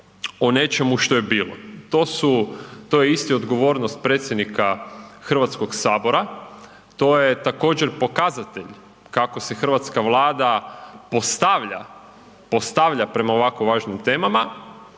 o nečemu što je bilo. To su, to je isto odgovornost predsjednika HS, to je također pokazatelj kako se hrvatska Vlada postavlja, postavlja prema ovako važnim temama